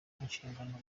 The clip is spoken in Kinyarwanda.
inshingano